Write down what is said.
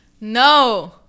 No